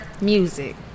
music